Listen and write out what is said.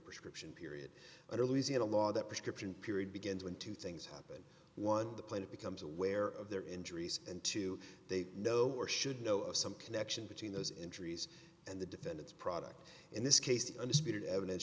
prescription period under louisiana law that prescription period begins when two things happen one the planet becomes aware of their injuries and two they know or should know of some connection between those injuries and the defendant's product in this case the undisputed evidence